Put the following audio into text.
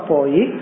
Poi